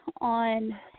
on